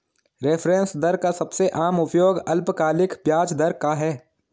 reference दर का सबसे आम उपयोग अल्पकालिक ब्याज दर का है